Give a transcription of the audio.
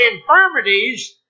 infirmities